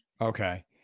okay